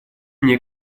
мне